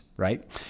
Right